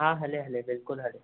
हा हले हले बिल्कुल हले